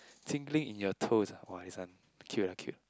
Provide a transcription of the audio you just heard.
tingly in your toes ah !wah! this one cute ah cute ah